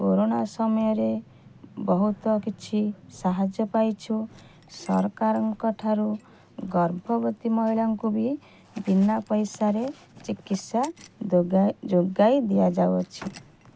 corona ସମୟରେ ବହୁତ କିଛି ସାହାଯ୍ୟ ପାଇଛୁ ସରକାରଙ୍କ ଠାରୁ ଗର୍ଭବତୀ ମହିଳାଙ୍କୁ ବି ବିନା ପଇସାରେ ଚିକିତ୍ସା ଯୋଗାଇ ଦିଆଯାଉଅଛି